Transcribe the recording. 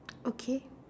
okay